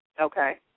Okay